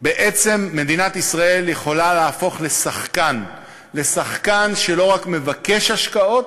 בעצם מדינת ישראל יכולה להפוך לשחקן שלא רק מבקש השקעות,